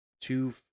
two